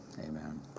Amen